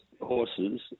horses